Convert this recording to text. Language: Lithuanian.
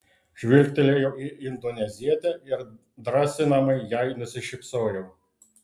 žvilgtelėjau į indonezietę ir drąsinamai jai nusišypsojau